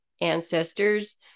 ancestors